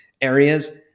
areas